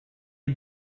ate